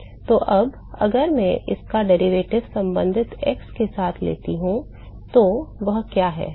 तो अब अगर मैं इसका व्युत्पन्न संबंधित x के साथ लेता हूं तो वह क्या है